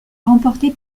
remportée